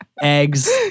eggs